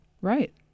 Right